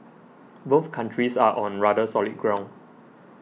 both countries are on rather solid ground